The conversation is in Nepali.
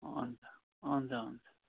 हुन्छ हुन्छ हुन्छ